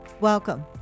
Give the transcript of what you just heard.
welcome